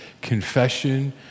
confession